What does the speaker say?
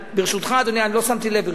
ברשותך, אדוני, לא שמתי לב.